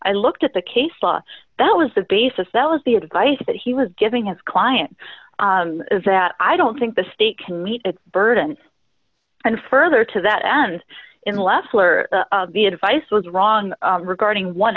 i looked at the case law that was the basis that was the advice that he was giving his client that i don't think the state can meet its burden and further to that end in leffler the advice was wrong regarding one